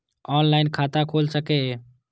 Online खाता खुल सके ये?